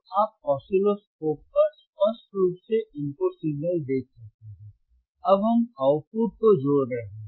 तो आप ऑसिलोस्कोप पर स्पष्ट रूप से इनपुट सिग्नल देख सकते हैं अब हम आउटपुट को जोड़ रहे हैं